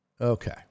Okay